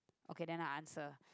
okay then I answer